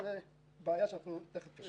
זו בעיה שתכף נפרט.